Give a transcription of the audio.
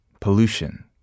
pollution